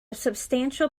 substantial